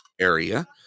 area